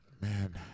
Man